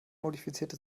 modifizierte